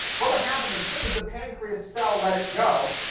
what would happen, as soon as the pancreas cell let it go,